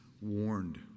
warned